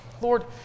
Lord